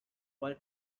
while